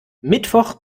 mittwoch